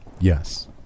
Yes